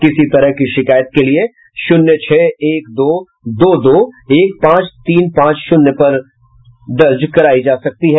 किसी तरह के शिकायत के लिए शून्य छह एक दो दो दो एक पांच तीन पांच शून्य पर की जा सकती है